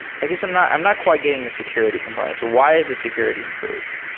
i guess i'm not i'm not quite getting the security component. so why is the security improved?